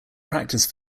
practice